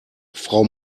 frau